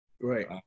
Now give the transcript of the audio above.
Right